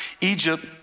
Egypt